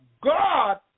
God